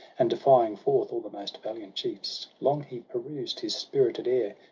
and defying forth all the most valiant chiefs long he perused his spirited air,